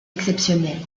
exceptionnelle